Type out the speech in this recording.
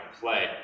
play